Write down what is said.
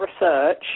research